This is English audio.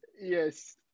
Yes